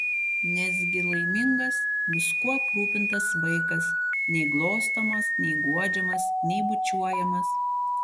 nesgi laimingas viskuo aprūpintas vaikas nei glostomas nei guodžiamas nei bučiuojamas